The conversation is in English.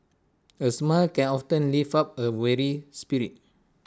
A smile can often ten lift up A weary spirit